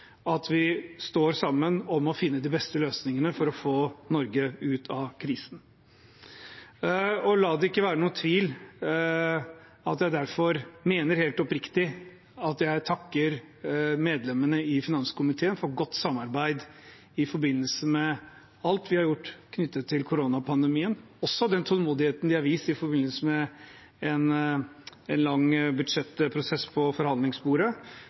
at vi står sammen om å finne de beste løsningene for å få Norge ut av krisen. La det derfor ikke være noen tvil, jeg mener helt oppriktig å takke medlemmene i finanskomiteen for godt samarbeid i forbindelse med alt vi har gjort knyttet til koronapandemien – og også for den tålmodigheten de har vist i forbindelse med en lang budsjettprosess ved forhandlingsbordet.